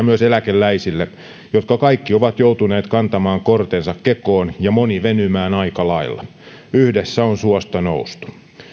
myös eläkeläisille jotka kaikki ovat joutuneet kantamaan kortensa kekoon ja moni venymään aika lailla yhdessä on suosta noustu